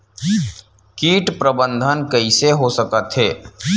कीट प्रबंधन कइसे हो सकथे?